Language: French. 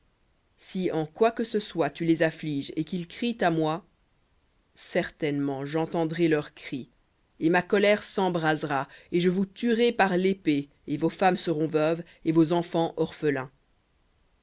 si en quoi que ce soit tu les affliges et qu'ils crient à moi certainement j'entendrai leur cri et ma colère s'embrasera